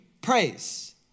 praise